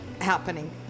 happening